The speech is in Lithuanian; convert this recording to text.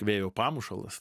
vėjo pamušalas